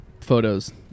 photos